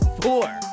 four